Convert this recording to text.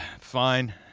fine